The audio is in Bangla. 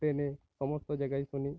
ট্রেনে সমস্ত জায়গায় শুনি